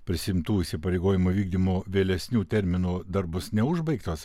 prisiimtų įsipareigojimų vykdymo vėlesnių terminų dar bus neužbaigtos